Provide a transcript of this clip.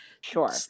Sure